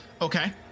Okay